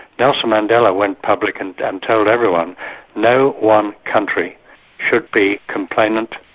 nelson mandela went public and told everyone no one country should be complainant,